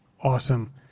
Awesome